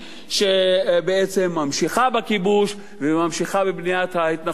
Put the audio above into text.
שבעצם ממשיכה בכיבוש וממשיכה בבניית ההתנחלויות,